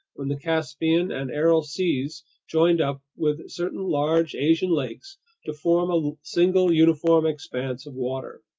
when the caspian and aral seas joined up with certain large asian lakes to form a single uniform expanse of water.